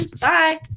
bye